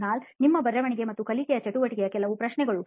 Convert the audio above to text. ಕುನಾಲ್ ನಿಮ್ಮ ಬರವಣಿಗೆ ಮತ್ತು ಕಲಿಕೆಯ ಚಟುವಟಿಕೆಯ ಕುರಿತು ಕೆಲವೇ ಪ್ರಶ್ನೆಗಳು